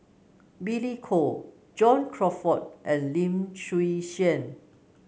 Billy Koh John Crawfurd and Lim Chwee Chian